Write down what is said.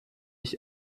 ich